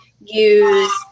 use